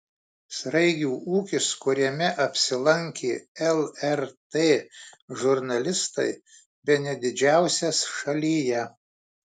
sraigių ūkis kuriame apsilankė lrt žurnalistai bene didžiausias šalyje